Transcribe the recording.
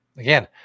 Again